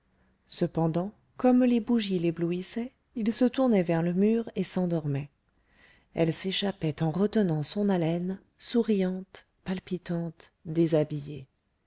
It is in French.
cependant comme les bougies l'éblouissaient il se tournait vers le mur et s'endormait elle s'échappait en retenant son haleine souriante palpitante déshabillée